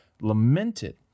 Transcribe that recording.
lamented